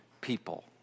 people